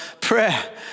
prayer